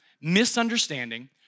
misunderstanding